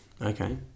Okay